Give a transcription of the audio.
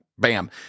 Bam